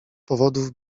powodów